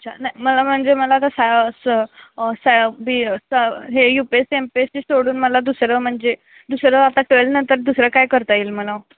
अच्छा नाही मला म्हणजे मला आता सा स साहे बी हे U P S C M P S C सोडून मला दुसरं म्हणजे दुसरं आता ट्वेलनंतर दुसरं काय करता येईल मला